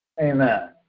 Amen